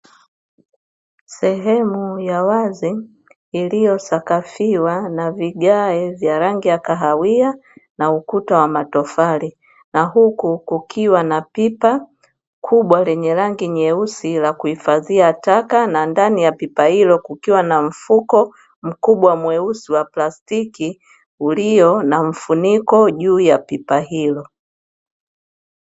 Sehemu ya wazi, iliyosakafiwa na vigae vya rangi ya kahawia na ukuta wa matofari na huku kukiwa na pipa kubwa lenye rangi nyeusi la kuhifadhia taka, na ndani ya pipa hilo kukiwa na mfuko mkubwa mweusi wa plastiki ulio na mfuniko juu ya pipa hilo.